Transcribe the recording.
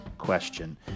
question